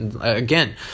again